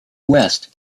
west